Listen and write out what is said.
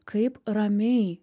kaip ramiai